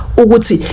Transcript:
uguti